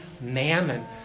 mammon